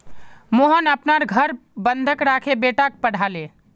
मोहन अपनार घर बंधक राखे बेटाक पढ़ाले